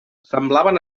semblaven